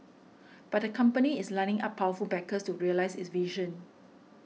but the company is lining up powerful backers to realise its vision